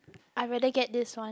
I rather get this one